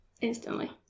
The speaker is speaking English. instantly